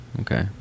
okay